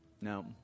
no